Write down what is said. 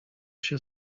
się